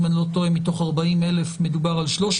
מתוך 40 אלף מדובר על 300